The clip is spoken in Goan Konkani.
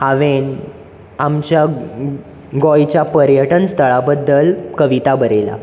हांवें आमच्या गोंयच्या पर्यटन स्थळा बद्दल कविता बरयल्या